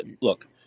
look